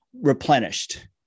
replenished